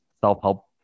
self-help